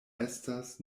estas